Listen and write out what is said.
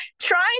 trying